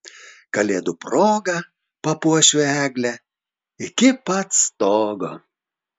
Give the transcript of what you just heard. kalėdų proga papuošiu eglę iki pat stogo